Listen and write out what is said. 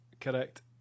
correct